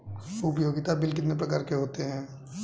उपयोगिता बिल कितने प्रकार के होते हैं?